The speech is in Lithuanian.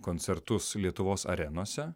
koncertus lietuvos arenose